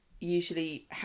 usually